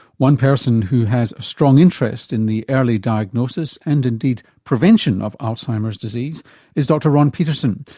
one person who has a strong interest in the early diagnosis and indeed prevention of alzheimer's disease is dr ron petersen,